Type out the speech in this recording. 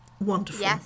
wonderful